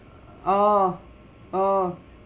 oo oo